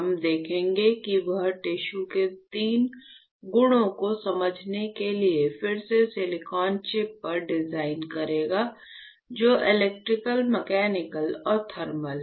हम देखेंगे और वह टिश्यू के तीन गुणों को समझने के लिए फिर से सिलिकॉन चिप पर डिजाइन करेगा जो इलेक्ट्रिकल मैकेनिकल और थर्मल हैं